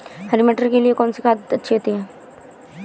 हरी मटर के लिए कौन सी खाद अच्छी होती है?